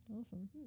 awesome